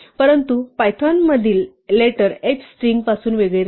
परंतु पायथॉनमधील letter h string h पासून वेगळे नाही